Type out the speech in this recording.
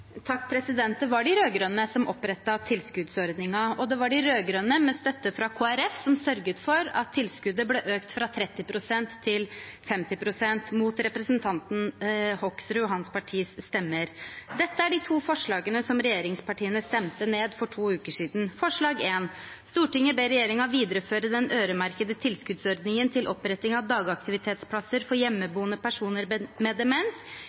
Det var de rød-grønne som opprettet tilskuddsordningen, og det var de rød-grønne, med støtte fra Kristelig Folkeparti, som sørget for at tilskuddet ble økt fra 30 pst. til 50 pst. – mot representanten Hoksrud og hans partis stemmer. Dette er de to forslagene som regjeringspartiene stemte ned for to uker siden – først forslag nr. 1: «Stortinget ber regjeringa vidareføre den øyremerkte tilskotstordninga til oppretting av dagaktivitetsplassar for heimebuande personar med demens